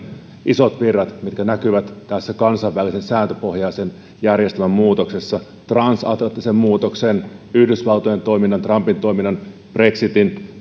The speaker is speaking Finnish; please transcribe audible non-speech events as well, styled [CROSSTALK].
isot virrat mitkä näkyvät tässä kansainvälisen sääntöpohjaisen järjestelmän muutoksessa transatlanttisen muutoksen yhdysvaltojen toiminnan trumpin toiminnan brexitin [UNINTELLIGIBLE]